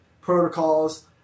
protocols